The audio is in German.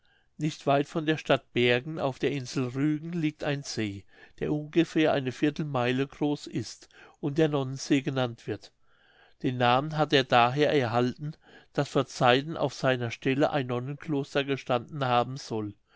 nicht weit von der stadt bergen auf der insel rügen liegt ein see der ungefähr eine viertelmeile groß ist und der nonnensee genannt wird den namen hat er daher erhalten daß vor zeiten auf seiner stelle ein nonnenkloster gestanden haben soll